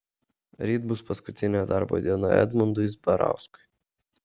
ryt bus paskutinė darbo diena edmundui zbarauskui